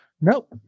Nope